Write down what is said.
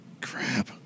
Crap